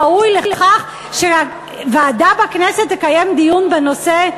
ראוי לכך שוועדה בכנסת תקיים דיון בנושא?